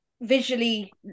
visually